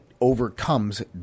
overcomes